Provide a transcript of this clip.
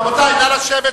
רבותי, נא לשבת.